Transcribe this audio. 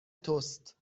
توست